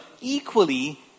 equally